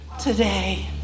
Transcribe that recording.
today